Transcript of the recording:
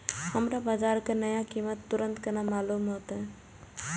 हमरा बाजार के नया कीमत तुरंत केना मालूम होते?